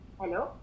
Hello